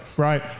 Right